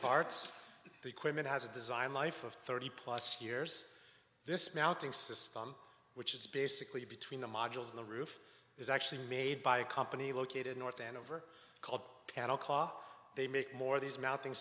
parts the equipment has a design life of thirty plus years this mounting system which is basically between the modules in the roof is actually made by a company located north andover called panel cop they make more of these mounting